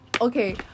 okay